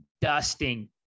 dusting